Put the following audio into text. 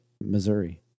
Missouri